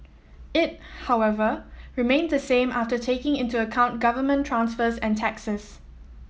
it however remained the same after taking into account government transfers and taxes